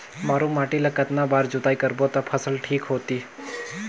मारू माटी ला कतना बार जुताई करबो ता फसल ठीक होती?